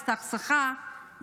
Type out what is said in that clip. הסתכסכה,